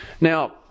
Now